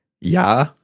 Ja